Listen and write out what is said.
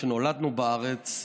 שנולדנו בארץ,